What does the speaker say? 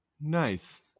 Nice